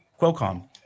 Qualcomm